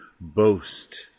boast